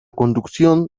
conducción